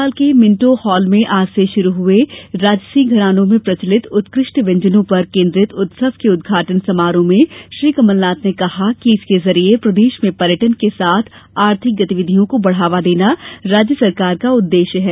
भोपाल के Minto Hall में आज से शुरू हये राजसी घरानों में प्रचलित उत्कृष्ट व्यंजनों पर केन्द्रित उत्सव के उद्घाटन समारोह में श्री कमल नाथ ने कहा कि इसके जरिए प्रदेश में पर्यटन के साथ आर्थिक गतिविधियों को बढ़ावा देना राज्य शासन का उद्देश्य है